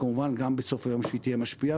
וכמובן גם בסוף היום שהיא תהיה משפיעה,